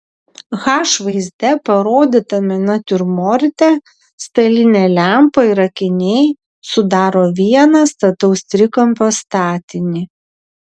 h vaizde parodytame natiurmorte stalinė lempa ir akiniai sudaro vieną stataus trikampio statinį